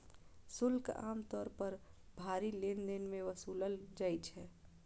शुल्क आम तौर पर भारी लेनदेन मे वसूलल जाइ छै